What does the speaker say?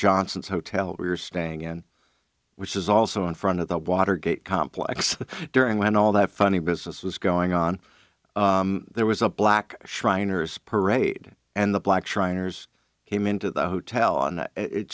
johnson's hotel we're staying in which is also in front of the watergate complex during when all that funny business was going on there was a black shriners parade and the black shriners came into the hotel and it